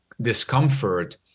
discomfort